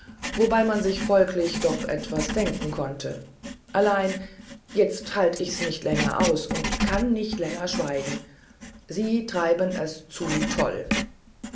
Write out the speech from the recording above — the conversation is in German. wobei man sich folglich doch etwas denken konnte allein jetzt halt ich's nicht länger aus und kann nicht länger schweigen sie treiben es zu toll